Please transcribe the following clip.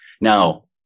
Now